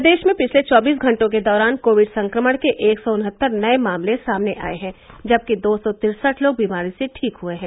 प्रदेश में पिछले चौबीस घंटों के दौरान कोविड संक्रमण के एक सौ उनहत्तर नये मामले सामने आये हैं जबकि दो सौ तिरसठ लोग बीमारी से ठीक हुये हैं